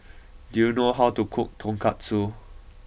do you know how to cook Tonkatsu